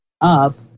up